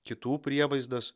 kitų prievaizdas